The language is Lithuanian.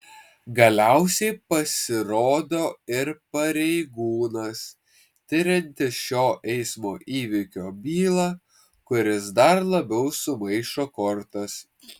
galiausiai pasirodo ir pareigūnas tiriantis šio eismo įvykio bylą kuris dar labiau sumaišo kortas